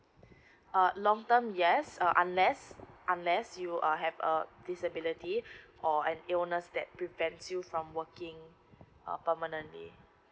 uh long term yes uh unless unless you uh have a disability or an illness that prevents you from working err permanently